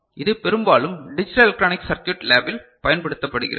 இது பெரும்பாலும் digital electronic circuit லேபில் பயன்படுத்தப்படுகிறது